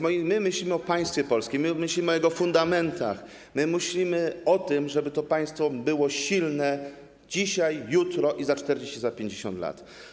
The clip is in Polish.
My myślimy o państwie polskim, my myślimy o jego fundamentach, my myślimy o tym, żeby to państwo było silne dzisiaj, jutro i za 40, 50 lat.